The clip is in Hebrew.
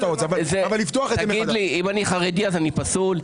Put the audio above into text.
תגיד לי, אם אני חרדי אז אני פסול?